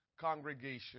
congregation